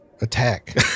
attack